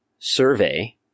survey